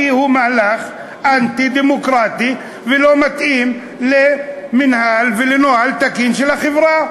כי הוא מהלך אנטי-דמוקרטי ולא מתאים למינהל ולנוהל תקין של החברה.